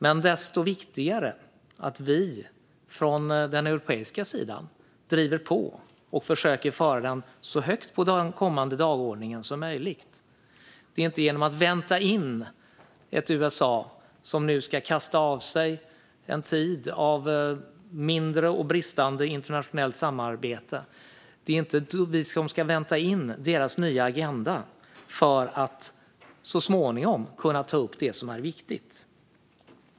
Men det är desto viktigare att vi från den europeiska sidan driver på och försöker föra upp frågan så högt som möjligt på den kommande dagordningen. USA ska nu kasta av sig en tid av mindre och bristande internationellt samarbete, och det är inte vi som ska vänta in deras nya agenda för att så småningom kunna ta upp det som är viktigt.